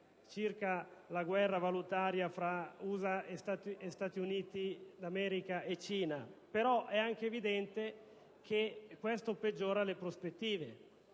circa la guerra valutaria tra Stati Uniti d'America e Cina; però è altrettanto evidente che ciò peggiora le prospettive.